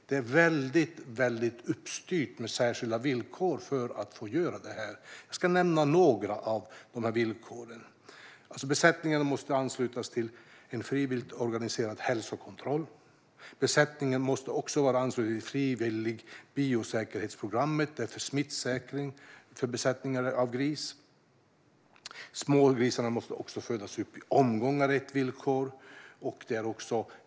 Detta är väldigt uppstyrt, och det finns alltså särskilda villkor för att få göra det här. Jag ska nämna några av villkoren. Besättningen måste vara ansluten till en frivilligt organiserad hälsokontroll. Besättningen måste vara ansluten till det frivilliga biosäkerhetsprogrammet, som gäller smittsäkring för besättningar av gris. Smågrisarna måste födas upp i omgångar.